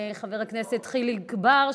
חבר הכנסת חיליק בר,